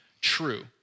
true